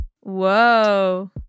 Whoa